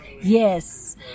Yes